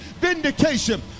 Vindication